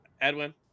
Edwin